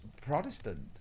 Protestant